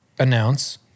announce